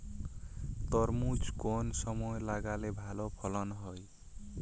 তরমুজ কোন সময় লাগালে ভালো ফলন হয়?